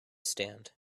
stand